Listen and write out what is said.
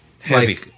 heavy